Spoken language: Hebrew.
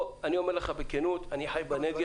אני אומר לך בכנות, אני חי בנגב,